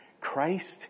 Christ